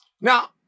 Now